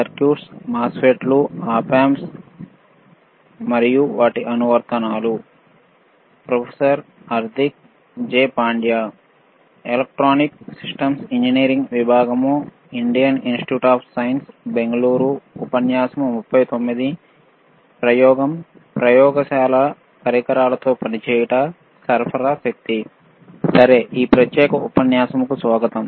సరే ఈ ప్రత్యేకమైన ఉపన్యాసంకు స్వాగతం